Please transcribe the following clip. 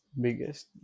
Biggest